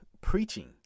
preaching